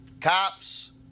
cops